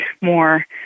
more